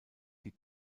die